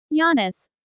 Giannis